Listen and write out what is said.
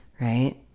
right